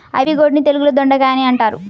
ivy gourd ని తెలుగులో దొండకాయ అని అంటారు